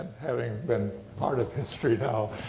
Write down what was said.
having been part of history now,